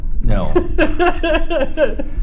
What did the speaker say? No